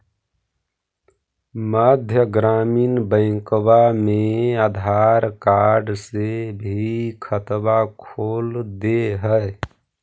मध्य ग्रामीण बैंकवा मे आधार कार्ड से भी खतवा खोल दे है?